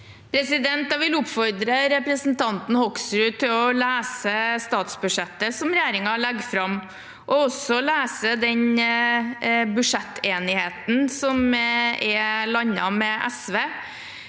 Jeg vil oppford- re representanten Hoksrud til å lese statsbudsjettet som regjeringen legger fram, og også lese den budsjettenigheten som er landet med SV.